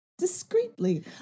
discreetly